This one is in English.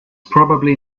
probably